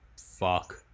fuck